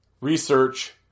Research